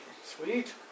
Sweet